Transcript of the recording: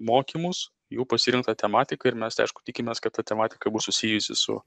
mokymus jų pasirinkta tematika ir mes tai aišku tikimės kad ta tematika bus susijusi su